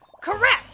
Correct